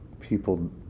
people